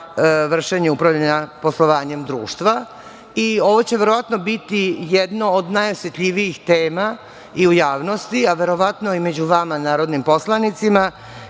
vršenje upravljanja poslovanjem društva. Ovo će verovatno biti jedno od najosetljivijih tema i u javnosti, a verovatno i među vama narodnim poslanicima,